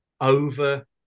over